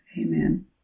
Amen